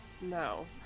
No